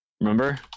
Remember